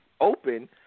open